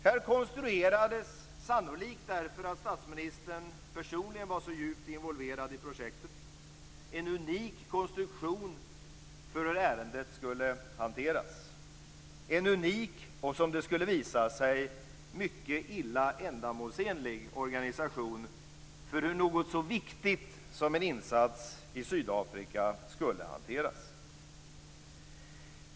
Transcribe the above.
Här skapades, sannolikt därför att statsministern personligen var så djupt involverad i projektet, en unik konstruktion för hur ärendet skulle hanteras - en unik och, som det skulle visa sig, mycket illa ändamålsenlig organisation för hur något så viktigt som en insats i Sydafrika skulle hanteras.